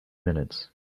minutes